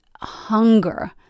hunger